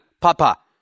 Pa-pa